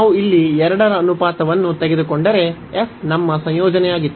ನಾವು ಇಲ್ಲಿ 2 ರ ಅನುಪಾತವನ್ನು ತೆಗೆದುಕೊಂಡರೆ f ನಮ್ಮ ಸಂಯೋಜನೆಯಾಗಿತ್ತು